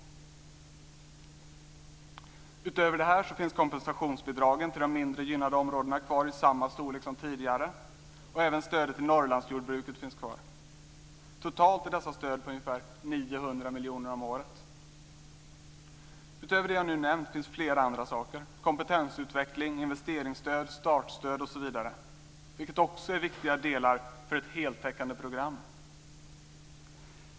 Utöver det här finns kompensationsbidragen till de mindre gynnade områdena kvar i samma storlek som tidigare. Även stödet till Norrlandsjordbruket finns kvar. Totalt är dessa stöd på ungefär 900 miljoner om året. Förutom det jag nu har nämnt finns det flera andra saker: kompetensutveckling, investeringsstöd, startstöd osv. Det är också viktiga delar för ett heltäckande program.